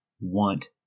want